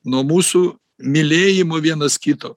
nuo mūsų mylėjimo vienas kito